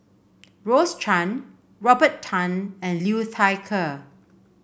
Rose Chan Robert Tan and Liu Thai Ker